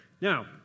Now